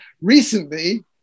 recently